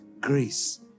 Grace